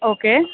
okay